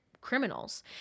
criminals